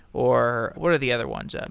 or what are the other ones? um